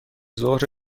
ظهر